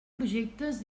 projectes